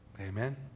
Amen